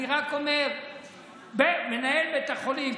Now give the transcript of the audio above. אני רק אומר שמנהל בית החולים,